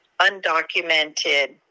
undocumented